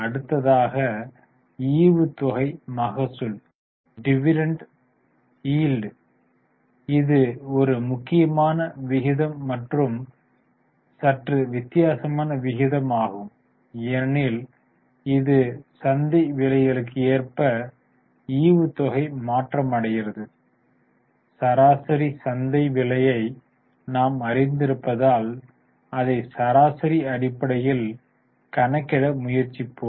அடுத்தாக ஈவுத்தொகை மகசூல் dividend yield இது ஒரு முக்கியமான விகிதம் மற்றும் சற்று வித்தியாசமான விகிதம் ஆகும் ஏனெனில் இது சந்தை விலைகளுக்கு ஏற்ப ஈவுத்தொகை மாற்றமடைகிறது சராசரி சந்தை விலையை நாம் அறிந்திருப்பதால் அதை சராசரி அடிப்படையில் கணக்கிட முயற்சிப்போம்